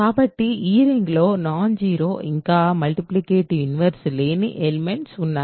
కాబట్టి ఈ రింగ్లో నాన్ జీరో ఇంకా మల్టిప్లికేటివ్ ఇన్వర్స్ లేని ఎలిమెంట్స్ ఉన్నాయి